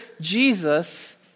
Jesus